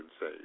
say